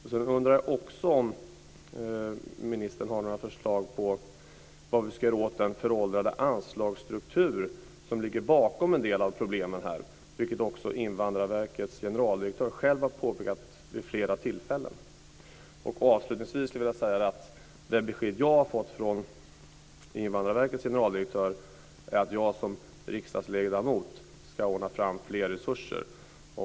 Jag undrar också om ministern har några förslag när det gäller vad vi ska göra åt den föråldrade anslagsstruktur som ligger bakom en del av problemen, vilket också Invandrarverkets generaldirektör själv har påpekat vid flera tillfällen. Avslutningsvis skulle jag vilja säga att det besked jag har fått från Invandrarverkets generaldirektör är att jag som riksdagsledamot ska ordna fram fler resurser.